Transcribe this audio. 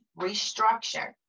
restructure